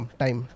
time